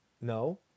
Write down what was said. no